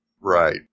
Right